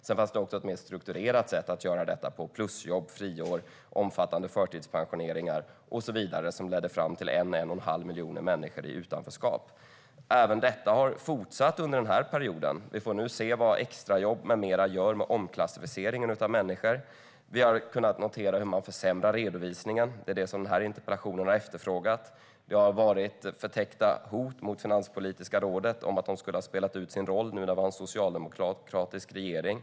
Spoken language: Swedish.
Sedan fanns det också ett mer strukturerat sätt att göra detta på - plusjobb, friår, omfattande förtidspensioneringar och så vidare - som ledde fram till en eller en och en halv miljon människor i utanförskap. Detta har fortsatt under den här perioden. Vi får nu se vad extrajobb med mera gör med omklassificeringen av människor. Vi har kunnat notera hur man försämrar redovisningen. Det är det som har efterfrågats i den här interpellationen. Det har varit förtäckta hot mot Finanspolitiska rådet om att de skulle ha spelat ut sin roll nu när vi har en socialdemokratisk regering.